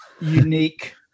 unique